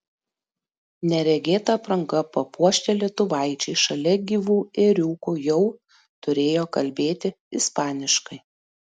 neregėta apranga papuošti lietuvaičiai šalia gyvų ėriukų jau turėjo kalbėti ispaniškai